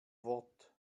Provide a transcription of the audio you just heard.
wort